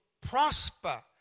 prosper